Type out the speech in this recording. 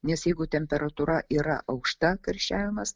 nes jeigu temperatūra yra aukšta karščiavimas